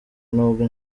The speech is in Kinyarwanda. n’ubwo